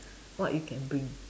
what you can bring